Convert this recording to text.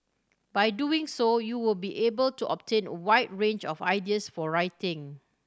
by doing so you will be able to obtain a wide range of ideas for writing